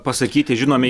pasakyti žinomi